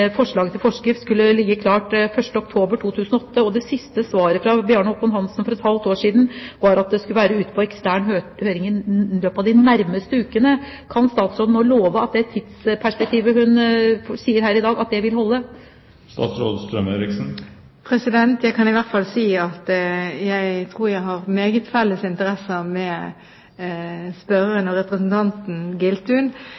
forslaget til forskrift skulle ligge klart «innen 1. oktober 2008», og det siste svaret fra Bjarne Håkon Hanssen for et halvt år siden var at forslaget skulle være ute på ekstern høring «i løpet av de nærmeste ukene». Kan statsråden nå love at det tidsperspektivet hun oppgir her i dag, vil holde? Jeg kan i hvert fall si at jeg tror jeg har meget felles interesser med